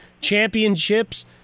championships